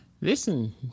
Listen